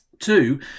Two